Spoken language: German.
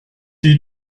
die